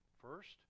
first